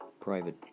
private